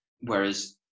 Whereas